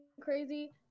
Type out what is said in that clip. crazy